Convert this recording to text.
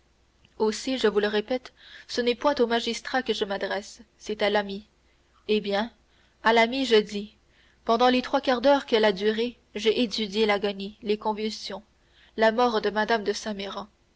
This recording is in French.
aussi je vous le répète ce n'est point au magistrat que je m'adresse c'est à l'ami eh bien à l'ami je dis pendant les trois quarts d'heure qu'elle a duré j'ai étudié l'agonie les convulsions la mort de mme de saint méran